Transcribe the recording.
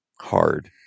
hard